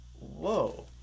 whoa